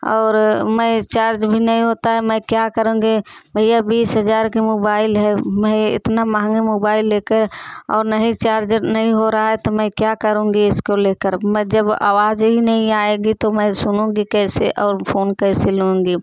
और मैं चार्ज भी नहीं होता है मैं क्या करुँगी भैया बीस हजार की मोबाइल है मैं इतना महंगी मोबाइल लेकर और नहीं चार्जर नहीं हो रहा है तो मैं क्या करूँगी इसको लेकर मैं जब आवाज ही नहीं आएगी तो मैं सुनूँगी कैसे और फ़ोन कैसे लूँगी